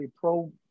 pro